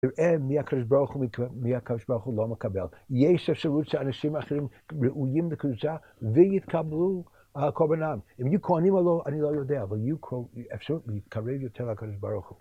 נראה מי הקדוש ברוך הוא לא מקבל. יש אפשרות שאנשים אחרים ראויים לקבוצה ויתקבלו הקורבנם. אם יהיו כהנים או לא, אני לא יודע, אבל יהיו אפשרות להתקרב יותר לקדוש ברוך הוא.